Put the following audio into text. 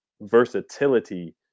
versatility